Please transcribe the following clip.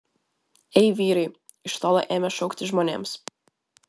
ei vyrai iš tolo ėmė šaukti žmonėms